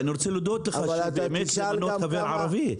ואני רוצה להודות לך שאמרת שיש למנות חבר הנהלה ערבי.